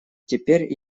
теперь